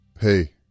Hey